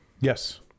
yes